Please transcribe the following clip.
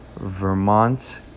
vermont